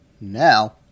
Now